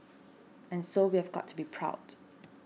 and so we've got to be proud